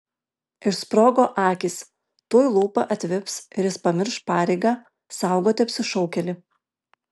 išsprogo akys tuoj lūpa atvips ir jis pamirš pareigą saugoti apsišaukėlį